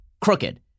crooked